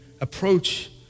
approach